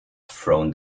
thrown